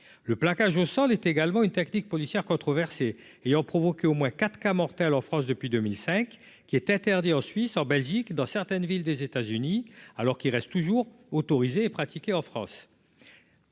le plaquage au sol est également une tactique policière controversée ayant provoqué au moins 4 cas mortels en France depuis 2005 qui est interdit en Suisse, en Belgique, dans certaines villes des États-Unis, alors qu'il reste toujours autorisées et pratiquées en France.